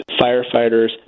firefighters